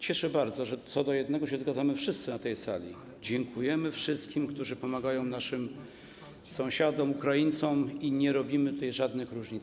Cieszy bardzo, że co do jednego się zgadzamy wszyscy na tej sali: dziękujemy wszystkim, którzy pomagają naszym sąsiadom, Ukraińcom, i nie robimy tutaj żadnych różnic.